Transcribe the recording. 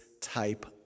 type